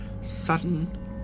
sudden